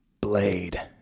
blade